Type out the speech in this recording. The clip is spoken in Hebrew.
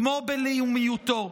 כמו בלאומיותו.